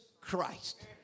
Christ